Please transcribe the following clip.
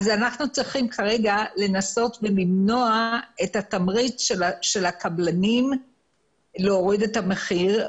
אנחנו צריכים כרגע לנסות ולמנוע את התמריץ של הקבלנים להוריד את המחיר,